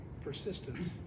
Persistence